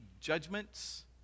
judgments